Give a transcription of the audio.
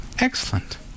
Excellent